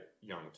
young